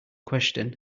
question